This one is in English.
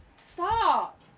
Stop